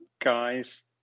guys